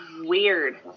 weird